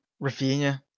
Rafinha